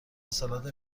سالاد